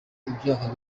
ibyaha